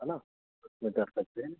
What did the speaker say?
है ना उसमें बैठ सकते हैं